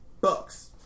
Bucks